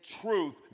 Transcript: truth